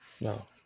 no